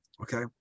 Okay